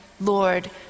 Lord